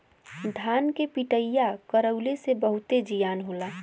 धान के पिटईया करवइले से बहुते जियान होला